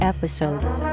Episodes